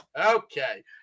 Okay